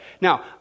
now